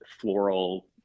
floral